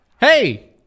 Hey